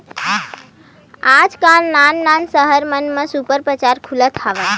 आजकाल नान नान सहर मन म सुपर बजार खुलत जावत हे